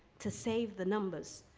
to save the numbers.